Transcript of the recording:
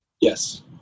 Yes